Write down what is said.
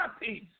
peace